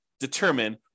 determine